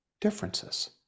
differences